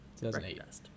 2008